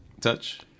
Touch